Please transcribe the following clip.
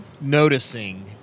noticing